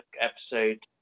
episode